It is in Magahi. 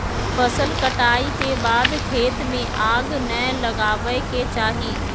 फसल कटाई के बाद खेत में आग नै लगावय के चाही